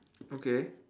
okay